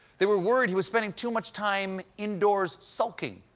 they were worried he was spending too much time indoors sulking.